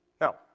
Now